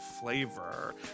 flavor